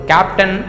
Captain